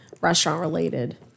restaurant-related